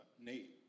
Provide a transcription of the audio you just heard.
Nate